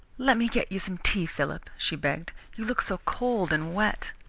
let me get you some tea, philip, she begged. you look so cold and wet.